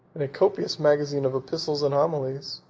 and a copious magazine of epistles and homilies.